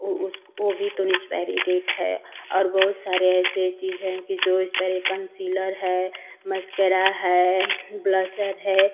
वह उस वह भी तो ना एक्सपाइरी डेट है और बहुत सारी ऐसी चीज़ें हैं कि जो एक्सपाइरी हैं कन्सीलर है मस्क़रा है ब्लशर है